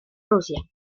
rusia